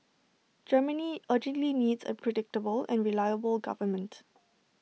Germany urgently needs A predictable and reliable government